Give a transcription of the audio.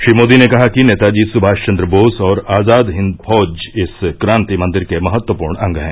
श्री मोदी ने कहा कि नेताजी सुभाषचंद्र बोस और आजाद हिंद फौज इस क्रांति मंदिर के महत्वपूर्ण अंग हैं